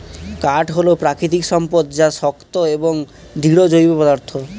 কাঠ হল প্রাকৃতিক সম্পদ যা শক্ত এবং দৃঢ় জৈব পদার্থ